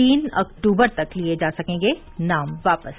तीन अक्टूबर तक लिये जा सकेंगे नाम वापस